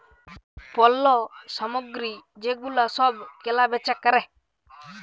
পল্য সামগ্রী যে গুলা সব কেলা বেচা ক্যরে